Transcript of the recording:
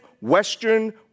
Western